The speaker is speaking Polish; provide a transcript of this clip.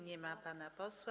Nie ma pana posła.